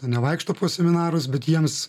nevaikšto po seminarus bet jiems